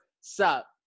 sup